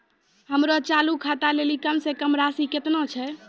हमरो चालू खाता लेली कम से कम राशि केतना छै?